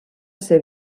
ser